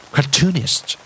Cartoonist